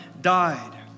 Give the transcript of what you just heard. died